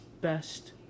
best